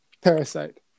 Parasite